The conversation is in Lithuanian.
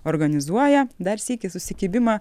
organizuoja dar sykį susikibimą